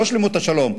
לא שלמות השלום,